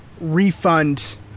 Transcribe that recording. refund